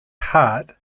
hart